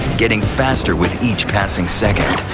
getting faster with each passing second.